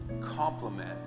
compliment